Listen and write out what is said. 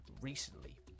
recently